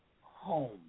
home